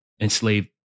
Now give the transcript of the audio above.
enslaved